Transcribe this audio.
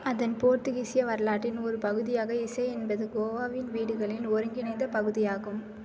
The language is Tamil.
அதன் போர்த்துகீசிய வரலாற்றின் ஒரு பகுதியாக இசை என்பது கோவாவின் வீடுகளின் ஒருங்கிணைந்த பகுதியாகும்